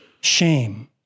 shame